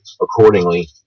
accordingly